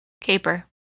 Caper